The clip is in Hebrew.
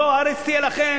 זו הארץ תהיה לכם,